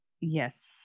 yes